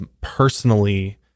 personally